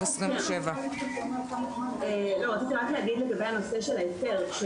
27. רציתי להגיד רק לגבי הנושא של ההיתר.